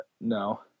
No